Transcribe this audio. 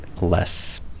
less